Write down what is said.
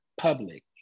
public